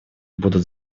будут